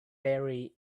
buried